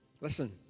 Listen